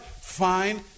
fine